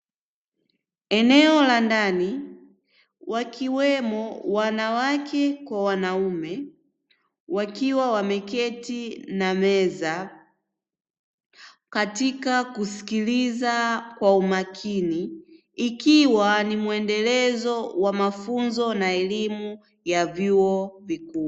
Eneo la ndani wakiwemo wanawake kwa wanaume wakiwa wameketi na meza, katika kusikiliza kwa umakini ikiwa ni muendelezo wa mafunzo na elimu ya vyuo vikuu.